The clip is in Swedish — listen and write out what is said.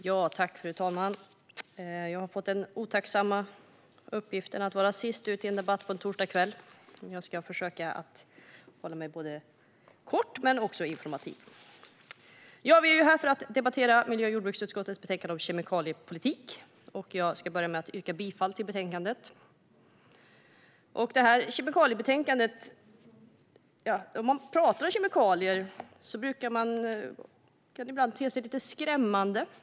Fru talman! Jag har fått den otacksamma uppgiften att vara sist ut i en debatt en torsdagskväll, och jag ska försöka hålla mig kort och även informativ. Vi är här för att debattera miljö och jordbruksutskottets betänkande om kemikaliepolitik, och jag ska börja med att yrka bifall till utskottets förslag i betänkandet. När man pratar om kemikalier kan det ibland te sig lite skrämmande.